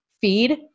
feed